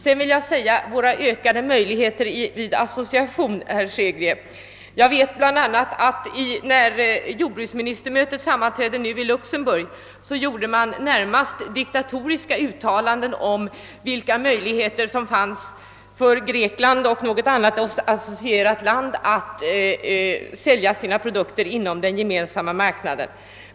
Beträffande våra ökade förhandlingsmöjligheter vid association vill jag framhålla att jag vet att jordbruksministermötet i Luxemburg gjorde närmast diktatoriska uttalanden om vilka möjligheter som fanns för Grekland och något annat också associerat land att sälja sina produkter inom Gemensamma marknaden.